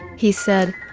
he said.